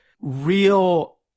real